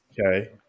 Okay